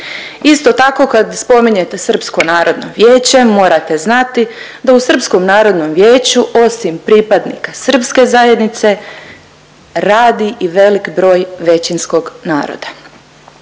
Isto tako kad spominjete Srpsko narodno vijeće morate znati da u Srpskom narodnom vijeću osim pripadnika srpske zajednice radi i velik broj većinskog naroda.